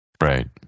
right